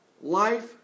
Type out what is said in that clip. life